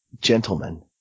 Gentlemen